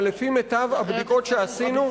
אבל לפי מיטב הבדיקות שעשינו,